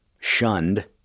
shunned